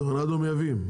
טורנדו מייבאים?